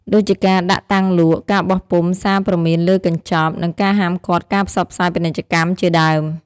ដូចជាការដាក់តាំងលក់ ការបោះពុម្ពសារព្រមានលើកញ្ចប់ និងការហាមឃាត់ការផ្សព្វផ្សាយពាណិជ្ជកម្មជាដើម។